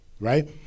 right